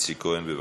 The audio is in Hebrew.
איציק כהן, בבקשה.